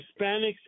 Hispanics